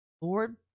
Lord